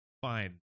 fine